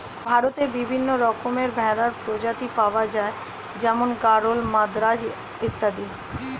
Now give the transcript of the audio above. ভারতে বিভিন্ন রকমের ভেড়ার প্রজাতি পাওয়া যায় যেমন গরল, মাদ্রাজ অত্যাদি